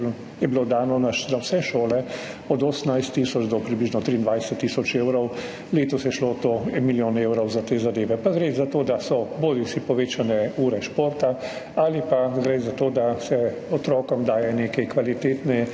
programe dano za vse šole od 18 tisoč do približno 23 tisoč evrov. Letos je šel 1 milijon evrov za te zadeve. Pa gre za to, da so bodisi povečane ure športa, ali pa gre za to, da se otrokom dajejo neki kvalitetni